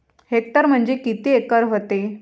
Hectare म्हणजे किती acre व्हते?